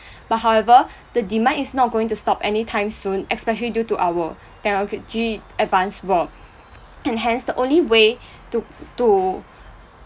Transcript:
but however the demand is not going to stop anytime soon especially due to our technology technologically advanced world and hence the only way to to